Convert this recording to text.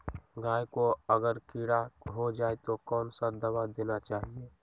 गाय को अगर कीड़ा हो जाय तो कौन सा दवा देना चाहिए?